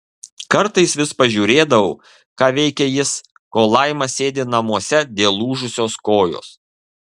kartais vis pažiūrėdavau ką veikia jis kol laima sėdi namuose dėl lūžusios kojos